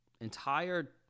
entire